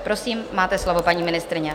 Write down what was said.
Prosím, máte slovo, paní ministryně.